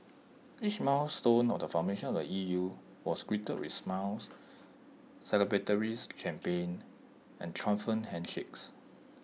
each milestone of formation of the E U was greeted with smiles celebratory champagne and triumphant handshakes